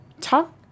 talk